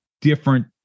different